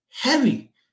heavy